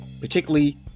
particularly